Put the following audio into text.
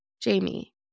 Jamie